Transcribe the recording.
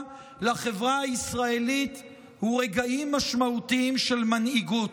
לחברה הישראלית ורגעים משמעותיים של מנהיגות.